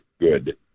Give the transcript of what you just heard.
good